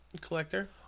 collector